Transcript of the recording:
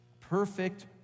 perfect